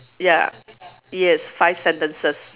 ya yes five sentences